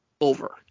over